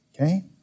Okay